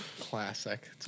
Classic